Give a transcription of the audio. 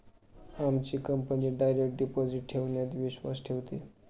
आमची company direct deposit ठेवण्यावर विश्वास ठेवते